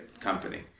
Company